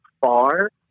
far